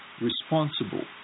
responsible